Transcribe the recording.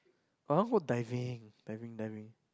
I want go diving diving diving